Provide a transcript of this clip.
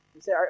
say